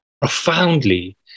profoundly